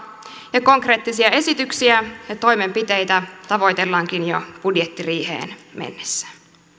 konkreettisia esityksiä ja toimenpiteitä tavoitellaankin jo budjettiriiheen mennessä